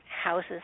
houses